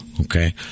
okay